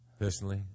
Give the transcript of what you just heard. personally